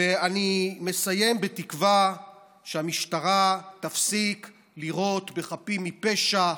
ואני מסיים בתקווה שהמשטרה תפסיק לירות בחפים מפשע,